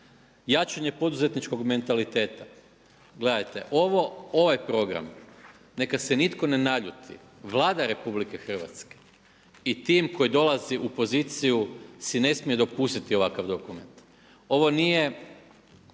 jačanje poduzetničkog mentaliteta. Gledajte, ovaj program neka se nitko ne naljuti Vlada Republike Hrvatske i tim koji dolazi u poziciju si ne smije dopustiti ovakav dokument. Ovo nije